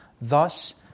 thus